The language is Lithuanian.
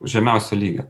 žemiausio lygio